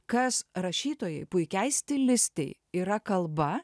kas rašytojai puikiai stilistei yra kalba